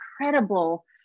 incredible